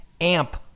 amp